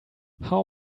how